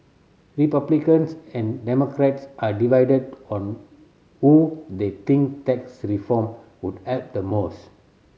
Republicans and Democrats are divided on who they think tax reform would help the most